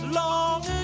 long